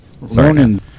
Ronan